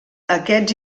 aquests